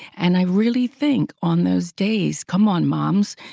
and i really think on those days, come on moms,